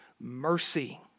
Mercy